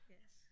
Yes